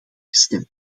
gestemd